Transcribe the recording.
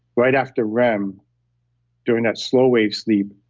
right after rem during that slow wave sleep,